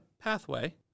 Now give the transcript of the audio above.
pathway